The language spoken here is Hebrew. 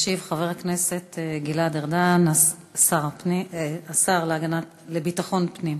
ישיב חבר הכנסת גלעד ארדן, השר לביטחון פנים.